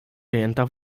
rejenta